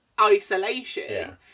isolation